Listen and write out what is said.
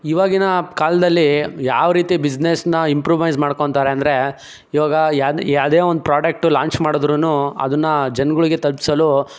ಇವಾಗಿನ ಕಾಲದಲ್ಲಿ ಯಾವ ರೀತಿ ಬಿಸ್ನೆಸ್ನ ಇಂಪ್ರುಮೈಝ್ ಮಾಡ್ಕೋತಾರೆ ಅಂದರೆ ಇವಾಗ ಯಾವ್ದು ಯಾವುದೇ ಒಂದು ಪ್ರಾಡಕ್ಟು ಲಾಂಚ್ ಮಾಡಿದ್ರೂ ಅದನ್ನು ಜನಗಳಿಗೆ ತಲುಪ್ಸಲು